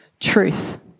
Truth